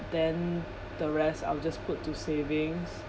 then the rest I'll just put to savings